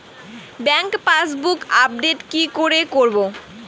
Bank passbook update কি করে করবো?